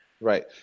Right